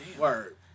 Word